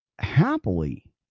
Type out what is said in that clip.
happily